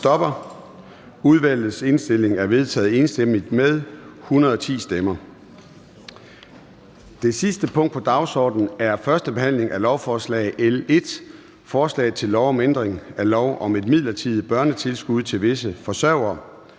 hverken for eller imod stemte 0]. --- Det sidste punkt på dagsordenen er: 2) 1. behandling af lovforslag nr. L 1: Forslag til lov om ændring af lov om et midlertidigt børnetilskud til visse forsørgere.